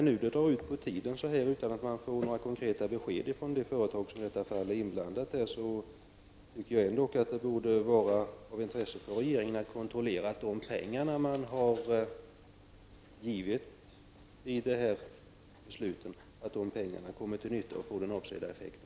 När det nu drar ut på tiden utan att man får några konkreta besked ifrån det företag som i detta fall är inblandat, tycker jag ändock att det borde vara av intresse för regeringen att kontrollera att de pengar som man har givit i samband med det här beslutet kommer till nytta och får den avsedda effekten.